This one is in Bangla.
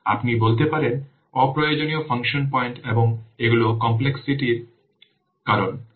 আপনি বলতে পারেন অপ্রয়োজনীয় ফাংশন পয়েন্ট এবং এগুলি কমপ্লেক্সিটির কারণ